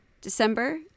December